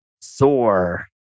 soar